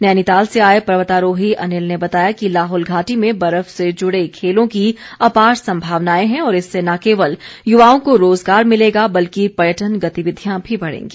नैनीताल से आए पर्वतारोही अनिल ने बताया कि लाहौल घाटी में बर्फ से जुड़े खेलों की अपार संभावनाएं हैं और इससे न केवल युवाओं को रोजगार मिलेगा बल्कि पर्यटन गतिविधियां भी बढ़ेगी